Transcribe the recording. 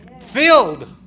filled